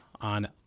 On